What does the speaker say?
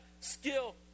skill